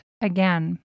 again